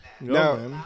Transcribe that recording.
No